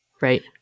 Right